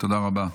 תודה רבה.